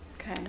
Okay